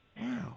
Wow